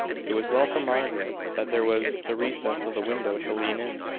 it was well for margaret that there was the recess of the window to lean in.